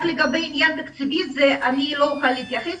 רק שאני לא אוכל להתייחס לעניין התקציבי.